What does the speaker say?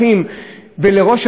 ואת ראש העיר זה לא מעניין,